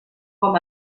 com